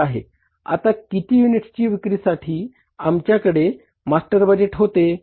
आता किती युनिट्सच्या विक्रीसाठी आमच्याकडे मास्टर बजेट होते